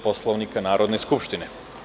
Poslovnika Narodne skupštine.